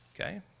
Okay